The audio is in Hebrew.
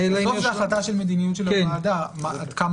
זו החלטה של מדיניות של הוועדה עד כמה